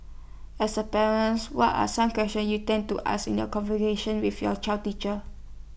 as A parents what are some questions you tend to ask in your conversations with your child's teacher